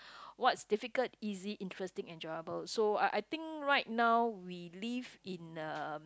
what's difficult easy interesting enjoyable so I I think right now we live in a